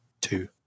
two